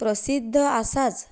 प्रसिद्द आसाच